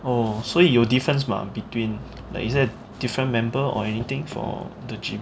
oh 所以有 difference mah between like is it different member or anything for the gym